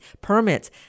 permits